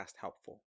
helpful